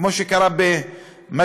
כמו שקרה במג'ד-אל-כרום